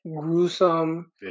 gruesome